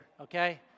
okay